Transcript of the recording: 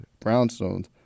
brownstones